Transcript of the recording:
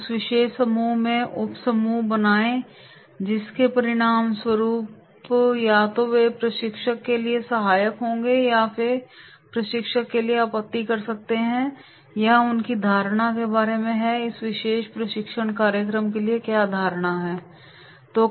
उस विशेष समूह में उपसमूह बनाएं जिसके परिणामस्वरूप या तो वे प्रशिक्षक के लिए सहायक होंगे या वे प्रशिक्षक के लिए आपत्ति कर सकते हैं यह उनकी धारणा के बारे में है कि वे इस विशेष प्रशिक्षण कार्यक्रम के लिए क्या धारणा बनाते हैं